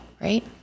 right